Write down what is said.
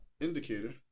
indicator